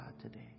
today